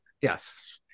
Yes